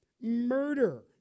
murder